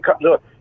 look